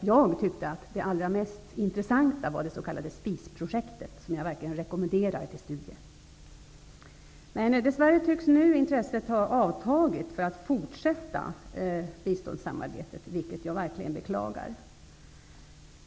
Jag tyckte att det allra mest intressanta var det s.k. Spisprojektet som jag verkligen rekommenderar till studie. Intresset för att fortsätta biståndssamarbetet tycks nu dess värre ha avtagit. Det beklagar jag verkligen.